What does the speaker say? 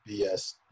BS